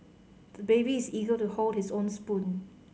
the baby is eager to hold his own spoon